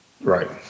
Right